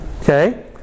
Okay